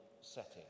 setting